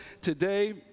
today